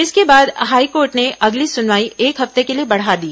इसके बाद हाईकोर्ट ने अगली सुनवाई एक हफ्ते के लिए बढ़ा दी